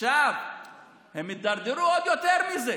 עכשיו הם הידרדרו עוד יותר מזה: